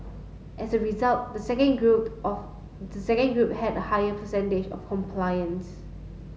as a result the second group of the second group had a higher percentage of compliance